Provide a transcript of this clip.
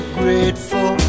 grateful